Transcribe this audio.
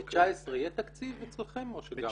ב-19' יהיה תקציב אצלכם או שגם לא?